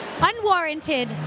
unwarranted